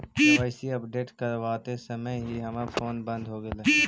KYC update करवाते समय ही हमर फोन बंद हो गेलई